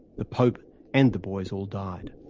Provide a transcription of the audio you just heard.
the pope and the boys all died.